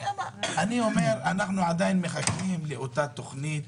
אנחנו עדיין מחכים לתוכנית